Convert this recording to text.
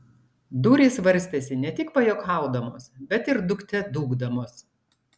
durys varstėsi ne tik pajuokaudamos bet ir dūkte dūkdamos